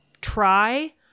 try